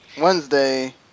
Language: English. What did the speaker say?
Wednesday